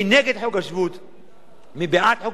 מי בעד חוק השבות, זה פשוט מגוחך.